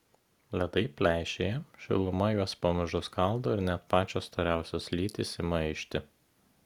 ledai pleišėja šiluma juos pamažu skaldo ir net pačios storiausios lytys ima ižti